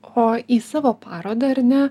o į savo parodą ar ne